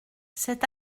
cet